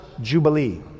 jubilee